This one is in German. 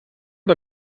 bei